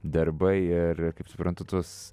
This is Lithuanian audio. darbai ir kaip suprantu tuos